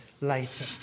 later